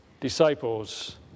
disciples